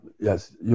yes